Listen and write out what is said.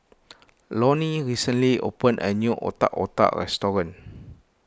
Lonnie recently opened a new Otak Otak restaurant